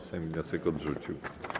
Sejm wniosek odrzucił.